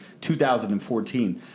2014